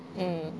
mm